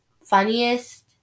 funniest